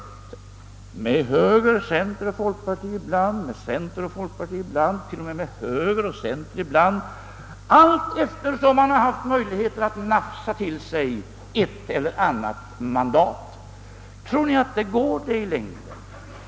Konstellationen har varit högern, centern och folkpartiet, ibland centern och folkpartiet och till och med högern och centerpartiet — allteftersom man haft möjligheter att nafsa till sig ett eller annat mandat. Tror ni att detta går för sig i längden?